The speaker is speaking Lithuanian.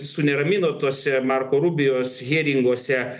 suneramino tuose marko rubijos heringuose